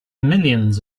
millions